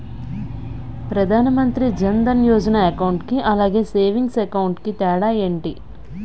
Pradhan Mantri Jan Dhan Yojana account కి అలాగే savings account కి తేడా ఏంటి?